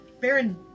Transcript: Baron